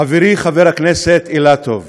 חברי חבר הכנסת אילטוב,